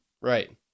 Right